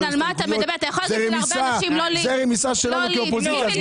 זה רמיסה שלנו כאופוזיציה.